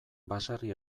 baserri